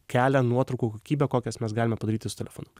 kelia nuotraukų kokybę kokias mes galime padaryti su telefonu